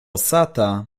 sata